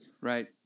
Right